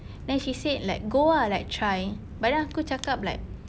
then she said like go ah like try but then aku cakap like